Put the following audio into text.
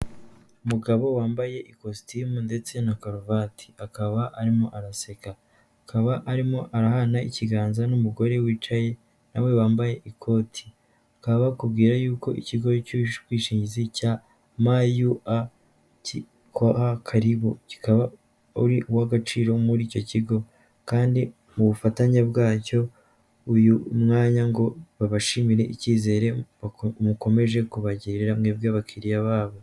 Umugabo wambaye ikositimu ndetse na karuvati, akaba arimo araseka akaba arimo arahana ikiganza n'umugore wicaye nawe wambaye ikoti. Bakaba bakubwira yuko ikigo cy'ubwishingizi cya mayu a kikoha karibu kikaba ari uw'agaciro muri icyo kigo kandi mu bufatanye bwacyo uyu mwanya ngo babashimire icyizere mukomeje kubagirira mwebwe abakiliriya babo.